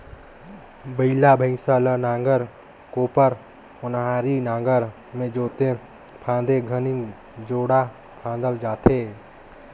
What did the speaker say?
बइला भइसा ल नांगर, कोपर, ओन्हारी नागर मे जोते फादे घनी जोड़ा फादल जाथे